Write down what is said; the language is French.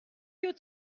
que